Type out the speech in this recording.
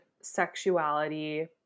sexuality